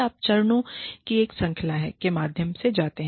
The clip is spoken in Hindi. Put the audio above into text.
आप चरणों की एक श्रृंखला के माध्यम से जाते हैं